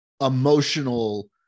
emotional